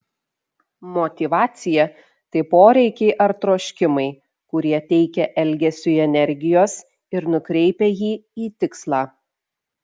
motyvacija tai poreikiai ar troškimai kurie teikia elgesiui energijos ir nukreipia jį į tikslą